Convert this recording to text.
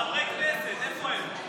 הינה ישראל, יריב.